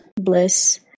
bliss